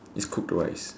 is cooked rice